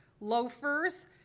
loafers